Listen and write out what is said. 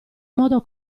modo